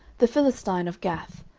the philistine of gath,